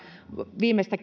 viimeiseen